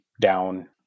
down